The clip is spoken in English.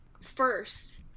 First